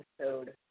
episode